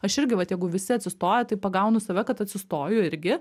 aš irgi vat jeigu visi atsistoja tai pagaunu save kad atsistoju irgi